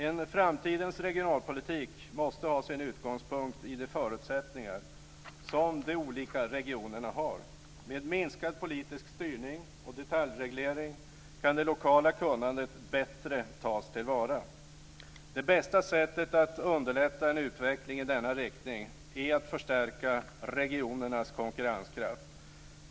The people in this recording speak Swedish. En framtidens regionalpolitik måste ha sin utgångspunkt i de förutsättningar som de olika regionerna har. Med minskad politisk styrning och detaljreglering kan det lokala kunnandet bättre tas till vara. Det bästa sättet att underlätta en utveckling i denna riktning är att förstärka regionernas konkurrenskraft.